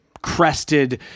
crested